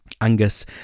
Angus